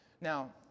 now